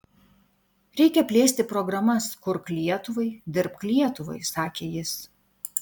reikia plėsti programas kurk lietuvai dirbk lietuvai sakė jis